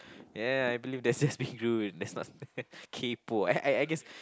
yeah I believe that's just being rude that's not kaypoh I I guess